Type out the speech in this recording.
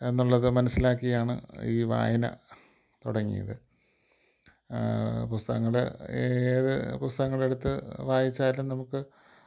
എന്നുള്ളത് മനസ്സിലാക്കിയാണ് ഈ വായന തുടങ്ങിയത് പുസ്തകങ്ങൾ ഏത് പുസ്തകങ്ങൾ എടുത്ത് വായിച്ചാലും നമുക്ക്